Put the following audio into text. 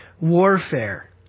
warfare